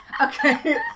Okay